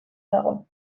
dago